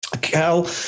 Cal